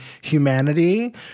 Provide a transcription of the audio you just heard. humanity